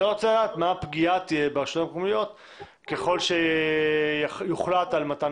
אני רוצה לדעת מה הפגיעה תהיה ברשויות המקומיות ככל שיוחלט על מתן